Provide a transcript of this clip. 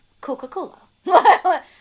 Coca-Cola